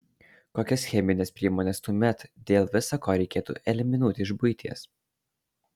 kokias chemines priemones tuomet dėl visa ko reikėtų eliminuoti iš buities